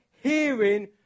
hearing